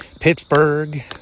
Pittsburgh